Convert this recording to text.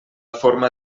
forma